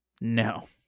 No